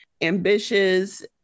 ambitious